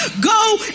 go